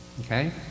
Okay